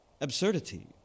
absurdity